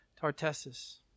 Tartessus